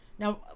Now